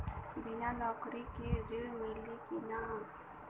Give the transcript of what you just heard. बिना नौकरी के ऋण मिली कि ना?